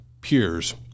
piers